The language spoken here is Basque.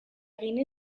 egin